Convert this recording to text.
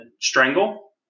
strangle